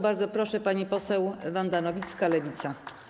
Bardzo proszę, pani poseł Danuta Nowicka, Lewica.